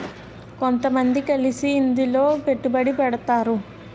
కొంతమంది కలిసి ఇందులో పెట్టుబడి పెడతారు